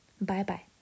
Bye-bye